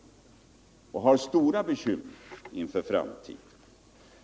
De hyser stora bekymmer för framtiden.